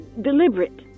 deliberate